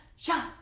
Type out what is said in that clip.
shot.